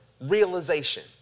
realization